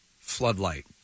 floodlight